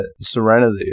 serenity